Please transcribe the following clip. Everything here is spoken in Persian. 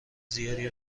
زیادی